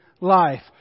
life